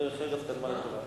דרך ארץ קדמה לתורה.